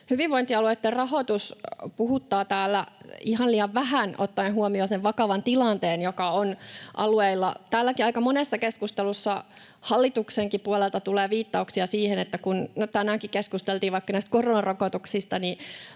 Hyvinvointialueitten rahoitus puhuttaa täällä ihan liian vähän ottaen huomioon sen vakavan tilanteen, joka on alueilla. Täälläkin aika monessa keskustelussa hallituksenkin puolelta tulee viittauksia siihen, että hyvinvointialueet hoitaa — kun nyt tänäänkin keskusteltiin vaikka näistä koronarokotuksista,